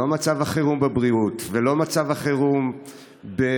לא מצב החירום בבריאות ולא מצב החירום בשירותים